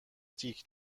تیک